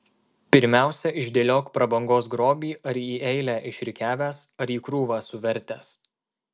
pirmiausia išdėliok prabangos grobį ar į eilę išrikiavęs ar į krūvą suvertęs